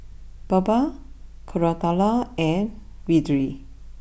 Baba Koratala and Vedre